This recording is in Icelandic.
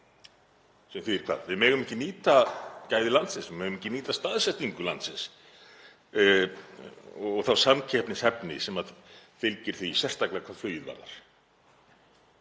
Við megum ekki nýta gæði landsins og megum ekki nýta staðsetningu landsins og þá samkeppnishæfni sem fylgir því, sérstaklega hvað flugið varðar,